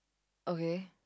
okay